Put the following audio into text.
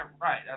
right